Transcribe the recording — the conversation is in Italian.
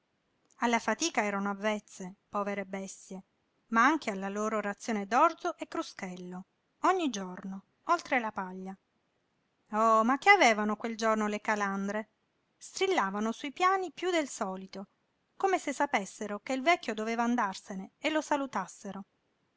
alla fatica erano avvezze povere bestie ma anche alla loro razione d'orzo e cruschello ogni giorno oltre la paglia o che avevano quel giorno le calandre strillavano sui piani piú del solito come se sapessero che il vecchio doveva andarsene e lo salutassero